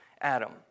Adam